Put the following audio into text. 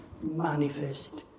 manifest